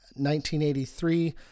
1983